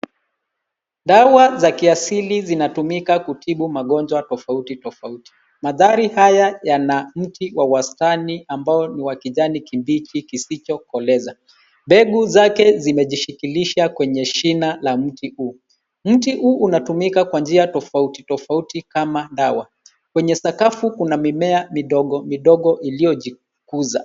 Dawa za kiasili zinatumika kutibu magonjwa tofauti, tofauti. Mandhari haya yana mti wa wastani ambao ni wa kijani kibichi kisicho koleza. mbegu zake zimejishikilisha kwenye shina la mti huu. Mti huu unatumika kwa njia tofauti, tofauti kama dawa. Kwenye sakafa kuna mimea midogo, midogo iliyojikuza.